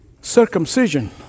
circumcision